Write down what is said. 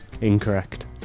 Incorrect